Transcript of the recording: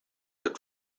had